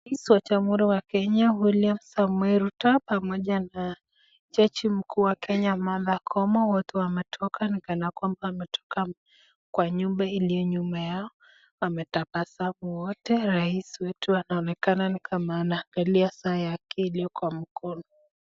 Rais wa jamhuri wa Kenya, William Samoei Ruto, pamoja na jaji mkuu wa Kenya, Martha Koome, wote wametoka ni kana kwamba wametoka kwa nyumba iliyo nyuma yao. Wametabasamu wote, rais wetu anaonekana ni kama anaangalia saa yake iliyo kwa mkono.